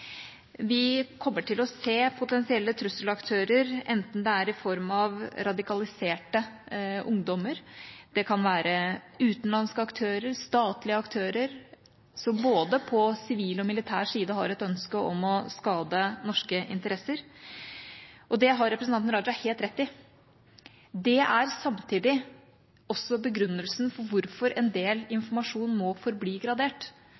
Vi kommer til å se potensielle trusselaktører, enten det er i form av radikaliserte ungdommer, utenlandske aktører eller statlige aktører, som på både sivil og militær side har et ønske om å skade norske interesser. Det har representanten Raja helt rett i. Det er samtidig også begrunnelsen for hvorfor en del informasjon må forbli gradert